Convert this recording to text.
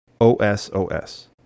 O-S-O-S